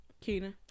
kina